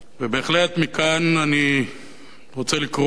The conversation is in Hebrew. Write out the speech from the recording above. ובהחלט, מכאן אני רוצה לקרוא